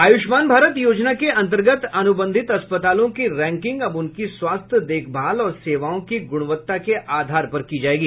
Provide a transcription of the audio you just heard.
आयुष्मान भारत योजना के अंतर्गत अनुबंधित अस्पतालों की रैकिंग अब उनकी स्वास्थ्य देखभाल और सेवाओं की गृणवत्ता के आधार पर की जायेगी